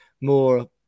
more